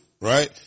right